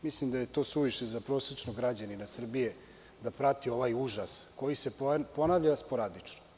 Mislim da je to suviše za prosečnog građanina Srbije da prati ovaj užas koji se ponavlja sporadično.